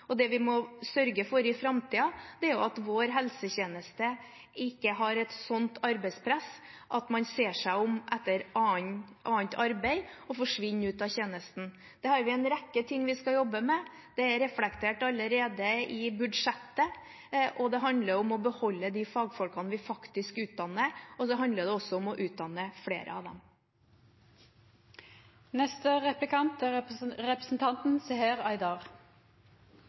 Det vi må sørge for i framtiden, er at helsetjenesten vår ikke har et arbeidspress som gjør at man ser seg om etter annet arbeid og forsvinner ut av tjenesten. Der har vi en rekke ting vi skal jobbe med. Det er reflektert allerede i budsjettet, og det handler om å beholde de fagfolkene vi faktisk utdanner. Det handler også om å utdanne flere av dem.